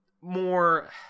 more